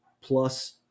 Plus